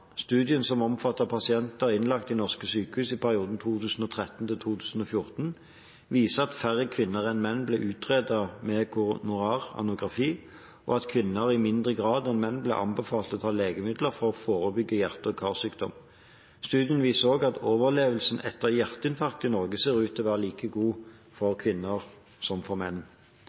Studien, som omfatter pasienter innlagt i norske sykehus i perioden 2013–2014, viser at færre kvinner enn menn ble utredet med koronar angiografi, og at kvinner i mindre grad enn menn ble anbefalt å ta legemidler for å forebygge hjerte- og karsykdom. Studien viser også at overlevelsen etter hjerteinfarkt i Norge ser ut til å være like god for kvinner som for menn.